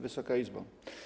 Wysoka Izbo!